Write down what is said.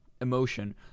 emotion